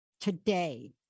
today